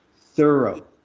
thorough